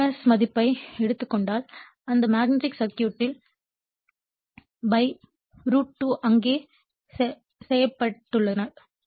RMS மதிப்பை எடுத்துக் கொண்டால் அந்த மேக்னெட்டிக் சர்க்யூட் ல் √ 2 அங்கு செய்யப்பட்டுள்ளது